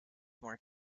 more